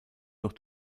noch